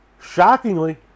shockingly